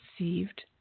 received